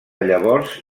llavors